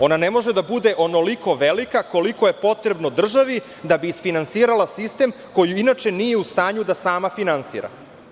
Ona ne može da bude onoliko velika koliko je potrebno državi da bi isfinansirala sistem koji inače nije u stanju da sama finansira.